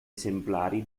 esemplari